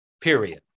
period